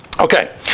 Okay